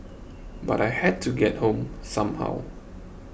but I had to get home somehow